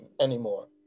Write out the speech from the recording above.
anymore